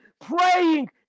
praying